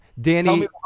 Danny